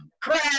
crack